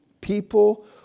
People